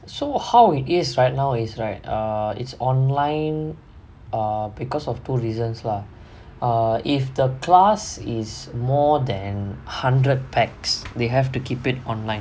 so how it is right now is right err it's online err because of two reasons lah err if the class is more than hundred pax they have to keep it online